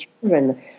children